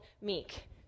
meek